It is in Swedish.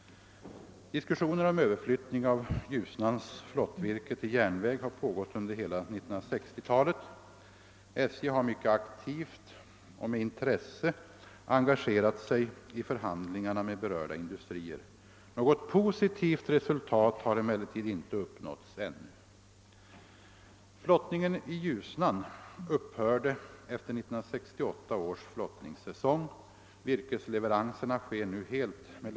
Diskussioner om överflyttning av Ljusnans flottvirke till järnväg har pågått under hela 1960-talet. SJ har mycket aktivt och med intresse engagerat sig i förhandlingarna med berörda industrier. Något positivt resultat har emellertid inte uppnåtts ännu.